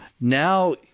Now